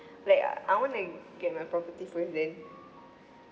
like I want to get my property first then